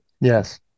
Yes